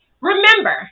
Remember